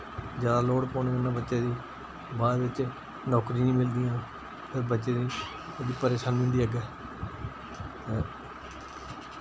जैदा लोड पौने कन्नै बच्चे दी बाद विच नौकरी निं मिलदियां तै बच्चे दी बड़ी परेशानी होंदी अग्गै तै